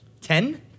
Ten